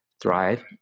thrive